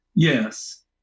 Yes